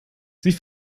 sie